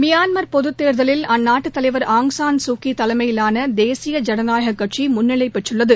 மியான்ம் பொதுத்தோதலில் அந்நாட்டு தலைவர் ஆங் சான் சூகி தலைமயிலான தேசிய ஜனநாயகக்கட்சி முன்னிலை பெற்றுள்ளது